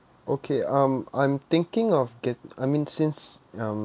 okay um I'm thinking of get I mean since um